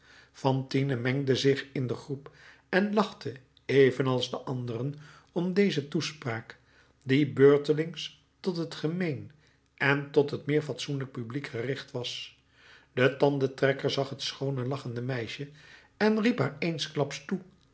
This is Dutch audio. fantine mengde zich in den groep en lachte evenals de anderen om deze toespraak die beurtelings tot het gemeen en tot het meer fatsoenlijk publiek gericht was de tandentrekker zag het schoone lachende meisje en riep haar eensklaps toe